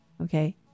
Okay